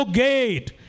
gate